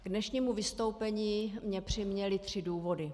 K dnešnímu vystoupení mě přiměly tři důvody.